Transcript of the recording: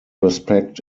respect